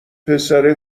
پسره